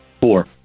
Four